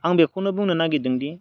आं बेखौनो बुंनो नागिरदों दि